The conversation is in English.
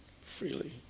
freely